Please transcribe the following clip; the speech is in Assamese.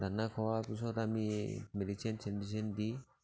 দানা খোৱাৰ পিছত আমি মেডিচিন চেডিচিন দি